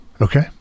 Okay